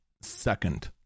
second